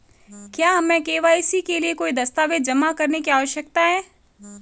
क्या हमें के.वाई.सी के लिए कोई दस्तावेज़ जमा करने की आवश्यकता है?